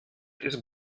ist